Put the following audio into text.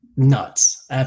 Nuts